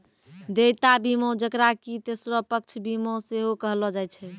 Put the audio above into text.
देयता बीमा जेकरा कि तेसरो पक्ष बीमा सेहो कहलो जाय छै